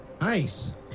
Nice